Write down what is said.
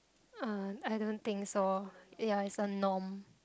uh I don't think so ya it's a norm